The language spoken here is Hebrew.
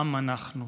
עם אנחנו.